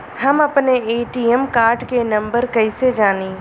हम अपने ATM card के नंबर कइसे जानी?